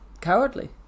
cowardly